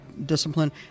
Discipline